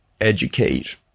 educate